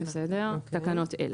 מתקינה תקנות אלה: